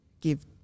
give